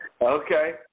Okay